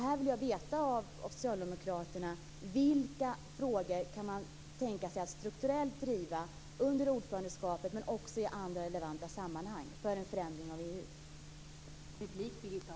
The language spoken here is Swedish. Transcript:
Här vill jag veta av socialdemokraterna vilka frågor man kan tänka sig att driva strukturellt under ordförandeskapet, men också i andra relevanta sammanhang, när det gäller en förändring av EU.